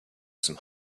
some